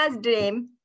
dream